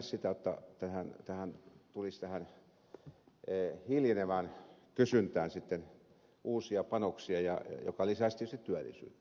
se ei lisää sitä jotta tulisi tähän hiljenevään kysyntään sitten uusia panoksia mikä lisäisi tietysti työllisyyttä